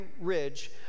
ridge